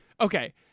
Okay